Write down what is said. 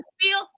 feel